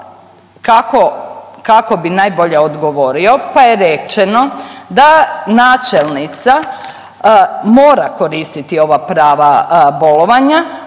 kako bi najbolje odgovorio, pa je rečeno da načelnica mora koristiti ova prava bolovanja,